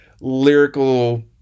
lyrical